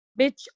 bitch